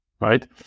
right